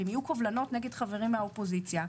אם יהיו קובלנות נגד חברים מהאופוזיציה,